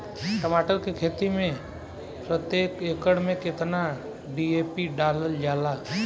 टमाटर के खेती मे प्रतेक एकड़ में केतना डी.ए.पी डालल जाला?